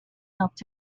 helped